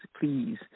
please